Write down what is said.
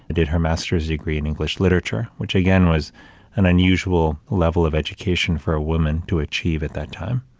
did her master's degree in english literature, which again, was an unusual level of education for a woman to achieve at that time.